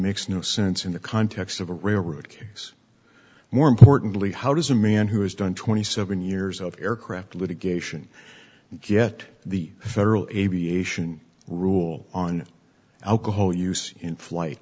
makes no sense in the context of a railroad case more importantly how does a man who has done twenty seven years of aircraft litigation get the federal aviation rule on alcohol use in flight